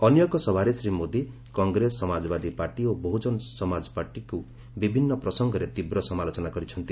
ଅନ୍ୟ ଏକ ସଭାରେ ଶ୍ୱୀ ମୋଦି କଗେସ ସମାଜବାଦୀ ପାର୍ଟି ଓ ବହ୍ରଜନ ସମାଜପାର୍ଟିକ୍ତ ବିଭିନ୍ନ ପ୍ରସଙ୍ଗରେ ତୀବ୍ ସମାଲୋଚନା କରିଛନ୍ତି